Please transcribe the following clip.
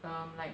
um like